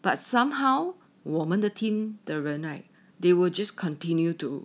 but somehow 我们的 team the 的人 right they will just continue to